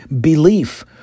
belief